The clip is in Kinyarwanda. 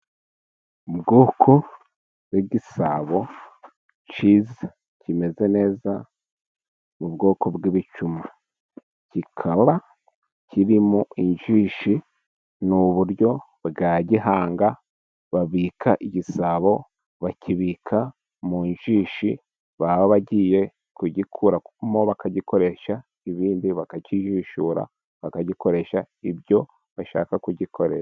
Ubwoko bw'igisabo cyiza kimeze neza, mu bwoko bw'ibicuma. Kikaba kirimo injishi, ni uburyo bwa gihanga babika igisabo, bakibika mu njishi, baba bagiye kugikuramo bakagikoresha ibindi bakakijishura, bakagikoresha ibyo bashaka kugikoresha.